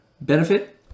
benefit